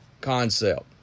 concept